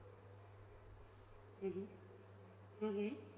mmhmm mmhmm